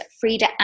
Frida